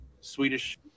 Swedish